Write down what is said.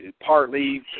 partly